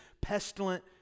pestilent